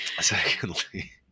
secondly